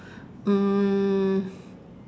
mm